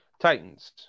Titans